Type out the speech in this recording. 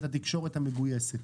את התקשורת המגויסת.